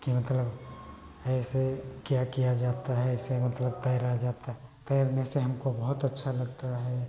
कि मतलब ऐसे क्या किया जाता है ऐसे मतलब तैरा जाता है तैरने से हमको बहुत अच्छा लगता है